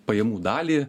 pajamų dalį